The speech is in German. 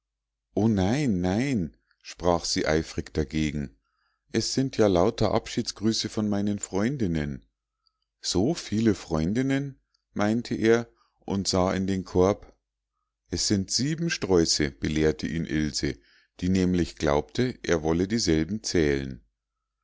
o nein nein sprach sie eifrig dagegen es sind ja lauter abschiedsgrüße von meinen freundinnen so viele freundinnen meinte er und sah in den korb es sind sieben sträuße belehrte ihn ilse die nämlich glaubte er wolle dieselben zählen